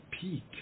peak